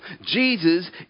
Jesus